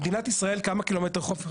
במדינת ישראל כמה קילומטרים של חוף יש,